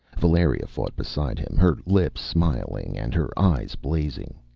valeria fought beside him, her lips smiling and her eyes blazing.